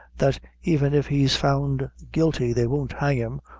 that even if he's found guilty, they won't hang him,